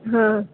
હાં